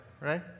right